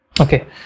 okay